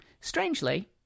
Strangely